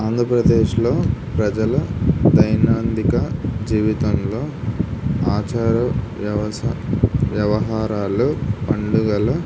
ఆంధ్రప్రదేశ్లో ప్రజల దైైనందిక జీవితంలో ఆచార వ్యవసా వ్యవహారాలు పండుగలు